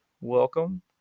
Welcome